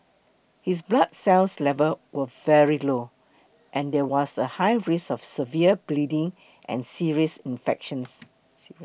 his blood cells levels were very low and there was a high risk of severe bleeding and serious infections